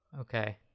Okay